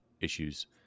issues